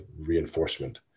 reinforcement